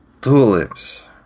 tulips